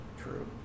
True